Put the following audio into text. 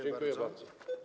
Dziękuję bardzo.